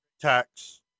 tax